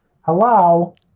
Hello